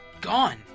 gone